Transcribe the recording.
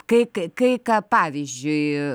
kai kai kai ką pavyzdžiui